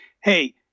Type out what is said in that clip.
hey